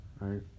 right